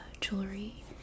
jewelry